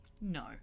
no